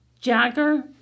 Jagger